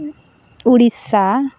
Odisha